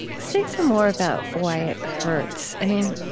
say some more about why it hurts. i mean,